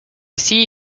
see